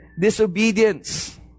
disobedience